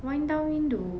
wind down window